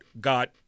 got